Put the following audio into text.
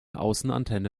außenantenne